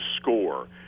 score